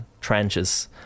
trenches